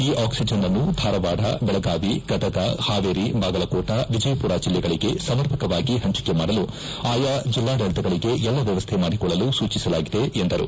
ಈ ಆಕ್ಲಿಜನ್ನನ್ನು ಧಾರವಾಡ ಬೆಳಗಾವಿ ಗದಗ ಹಾವೇರಿ ಬಾಗಲಕೋಟ ವಿಜಯಪುರ ಜಿಲ್ಲೆಗಳಿಗೆ ಸಮರ್ಪಕವಾಗಿ ಹಂಚಿಕೆ ಮಾಡಲು ಆಯಾ ಜಿಲ್ಲಾಡಳಿತಗಳಿಗೆ ಎಲ್ಲ ವ್ಣವಸ್ಥೆ ಮಾಡಿಕೊಳ್ಳಲು ಸೂಚಿಸಲಾಗಿದೆ ಎಂದು ತಿಳಿಸಿದರು